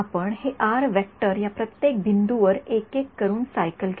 आपण हे R vector या प्रत्येक बिंदूवर एक एक करून सायकल केले